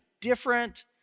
different